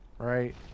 right